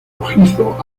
rojizo